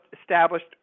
established